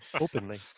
openly